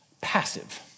passive